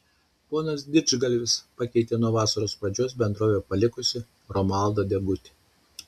ponas didžgalvis pakeitė nuo vasario pradžios bendrovę palikusį romualdą degutį